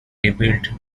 rebuilt